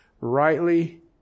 Rightly